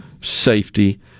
safety